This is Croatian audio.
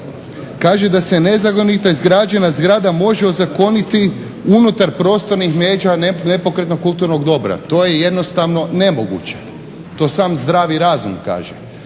kaže da se nezakonito izgrađena zgrada može ozakoniti unutar prostornih međa, nepokretnog kulturnog dobra. To je jednostavno nemoguće, to sam zdravi razum kaže,